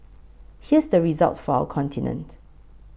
here's the result for our continent